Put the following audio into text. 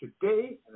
today